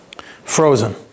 frozen